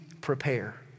prepare